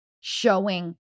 showing